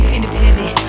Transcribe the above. Independent